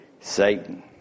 Satan